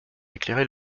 éclairer